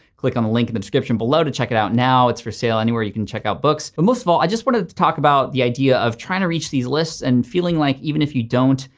click on the link in the description below to check it out now. it's for sale anywhere you can check out books. but most of all i just wanted to talk about the idea of trying to reach these lists and feeling like even if you don't,